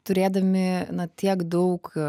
turėdami na tiek daug